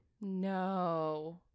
No